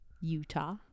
Utah